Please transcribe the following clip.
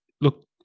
look